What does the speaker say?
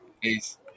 Peace